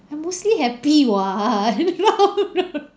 I'm mostly happy [what]